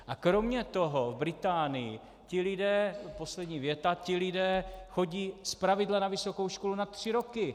A kromě toho v Británii ti lidé poslední věta ti lidé chodí zpravidla na vysokou školu na tři roky.